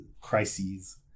crises